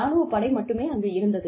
ராணுவ படை மட்டுமே அங்கு இருந்தது